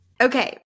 Okay